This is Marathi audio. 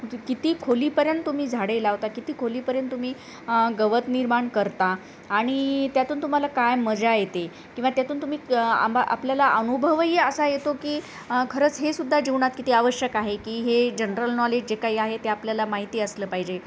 किती खोलीपर्यंत तुम्ही झाडे लावता किती खोलीपर्यंत तुम्ही गवत निर्माण करता आणि त्यातून तुम्हाला काय मजा येते किंवा त्यातून तुम्ही आंबा आपल्याला अनुभवही असा येतो की खरंच हे सुद्धा जीवनात किती आवश्यक आहे की हे जनरल नॉलेज जे काही आहे ते आपल्याला माहिती असलं पाहिजे